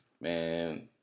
man